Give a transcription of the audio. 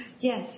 Yes